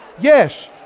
Yes